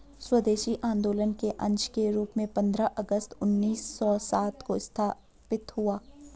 स्वदेशी आंदोलन के अंश के रूप में पंद्रह अगस्त उन्नीस सौ सात को स्थापित हुआ